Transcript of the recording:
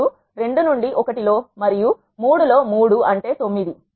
3 2 నుండి 1లో మరియు 3లో 3 అంటే 9